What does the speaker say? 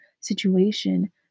situation